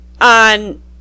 on